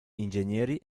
ingegneri